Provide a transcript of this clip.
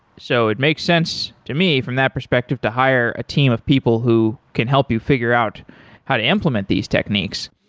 so it makes sense to me from that perspective to hire a team of people who can help you figure out how to implement these techniques.